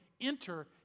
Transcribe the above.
enter